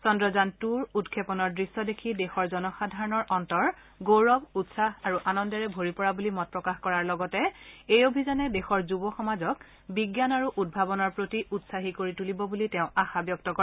চন্দ্ৰযান টুৰ উৎক্ষেপনৰ দৃশ্য দেখি দেশৰ জনসাধাৰণৰ অন্তৰ গৌৰৱ উৎসাহ আৰু আনন্দৰে ভৰি পৰা বুলি মত প্ৰকাশ কৰাৰ লগতে এই অভিযানে দেশৰ যুৱ সমাজক বিজ্ঞান আৰু উদ্ভাৱনৰ প্ৰতি উৎসাহী কৰি তুলিব বুলি তেওঁ আশা ব্যক্ত কৰে